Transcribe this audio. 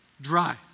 dry